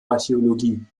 archäologie